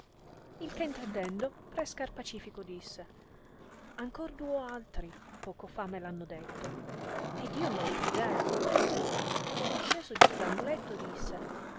il che intendendo pre scarpacifìco disse ancor duo altri poco fa me l'hanno detto ed io no credevo e sceso giù del muletto disse